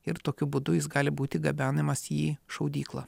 ir tokiu būdu jis gali būti gabenamas į šaudyklą